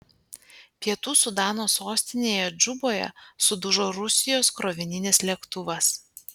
pietų sudano sostinėje džuboje sudužo rusijos krovininis lėktuvas